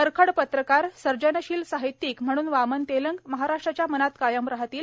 परखड पत्रकार सर्जनशील साहित्यिक म्हणून वामन तेलंग महाराष्ट्राच्या मनात कायम राहतील